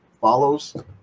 follows